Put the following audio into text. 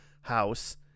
house